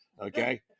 Okay